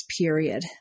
period